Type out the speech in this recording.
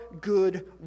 good